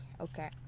okay